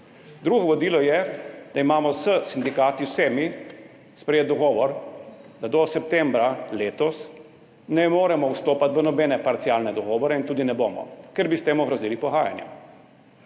Drugo vodilo je, da imamo s sindikati, vsemi, sprejet dogovor, da do septembra letos ne moremo vstopati v nobene parcialne dogovore, in tudi ne bomo, ker bi s tem ogrozili pogajanja.